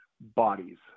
bodies